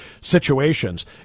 situations